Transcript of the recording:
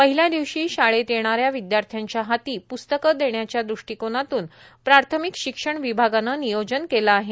पहिल्या दिवशी शाळेत येणाऱ्या विद्यार्थ्यांच्या हाती प्स्तके देण्याच्या दृष्टीकोनातून प्राथमिक शिक्षण विभागाने नियोजन केले आहे